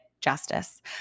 justice